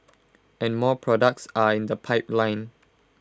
and more products are in the pipeline